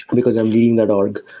because i'm leading that org.